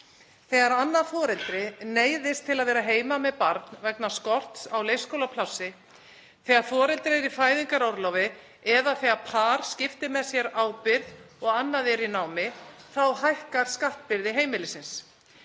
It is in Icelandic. Þegar annað foreldrið neyðist til að vera heima með barn vegna skorts á leikskólaplássi, þegar foreldri er í fæðingarorlofi eða þegar par skiptir með sér ábyrgð og annað er í námi þá hækkar skattbyrði heimilisins.